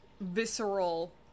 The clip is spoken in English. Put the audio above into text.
visceral